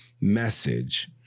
message